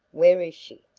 where is she?